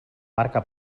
barca